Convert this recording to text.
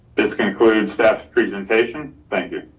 this concludes staff presentation. thank you.